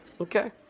Okay